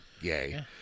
yay